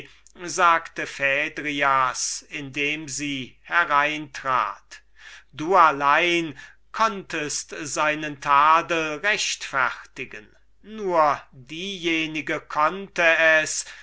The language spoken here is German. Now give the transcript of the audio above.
sagte phädrias indem sie hereintrat du allein konntest seinen tadel rechtfertigen nur diejenige konnte es